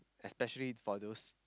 especially for those